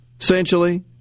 essentially